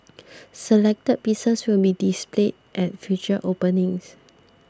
selected pieces will be displayed at future openings